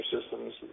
systems